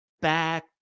Back